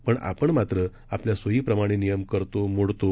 पणआपणमात्रआपल्यासोयीप्रमाणेनियमकरतो मोडतो